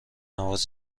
نواز